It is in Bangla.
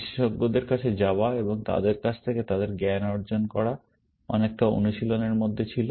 বিশেষজ্ঞদের কাছে যাওয়া এবং তাদের কাছ থেকে তাদের জ্ঞান অর্জন করা অনেকটা অনুশীলনের মধ্যে ছিল